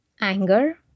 anger